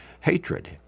Hatred